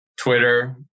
Twitter